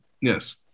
Yes